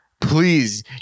Please